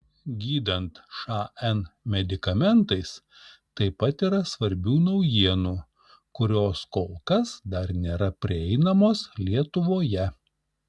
gydant šn medikamentais taip pat yra svarbių naujienų kurios kol kas dar nėra prieinamos lietuvoje